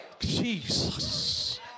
Jesus